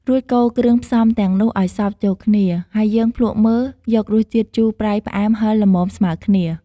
រួចកូរគ្រឿងផ្សំទាំងនោះឲ្យសព្វចូលគ្នា ហើយយើងភ្លក្សមើលយករសជាតិជូរ ប្រៃ ផ្អែម ហឹរល្មមស្មើរគ្នា។